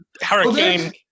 hurricane